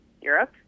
europe